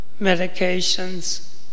medications